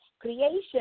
creation